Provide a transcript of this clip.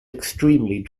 extremely